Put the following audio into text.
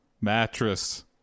mattress